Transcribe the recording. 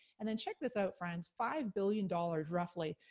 and then check this out friends, five billion dollars roughly,